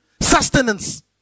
sustenance